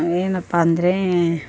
ಏನಪ್ಪ ಅಂದ್ರೆ